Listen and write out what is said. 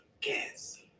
guess